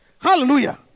Hallelujah